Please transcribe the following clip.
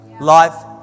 life